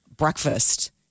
Breakfast